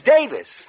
Davis